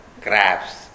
crabs